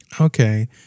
Okay